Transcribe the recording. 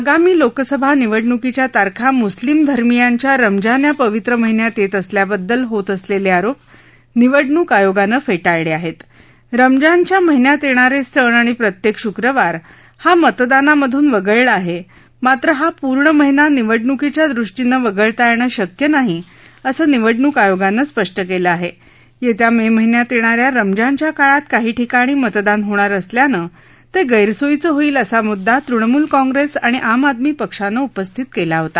आगामी लोकसभा निवडणुकीच्या तारखा मुस्लिम धर्मियांच्या रमजान या पवित्र महिन्यात येत असल्याबद्दल होत असल्लआरोप निवडणूक आयोगानं फ्टीळलआहप रमजान च्या महिन्यात यणिरसिण आणि प्रत्यक्त शुक्रवार हा मतदानामधून वगळला आहम्रित्र हा पूर्ण महिना निवडणुकीच्या दृष्टीनं वगळता यश शक्य नाही असं निवडणूक आयोगानं स्पष्ट कले आहा केस्वा ममिहिन्यात यग्निया रमजानच्या काळात काही ठिकाणी मतदान होणार असल्यानं तशैरसोयीचं होईल असा मुद्दा तृणमूल काँग्रस्तआणि आम आदमी पक्षानं उपस्थित कला होता